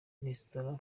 resitora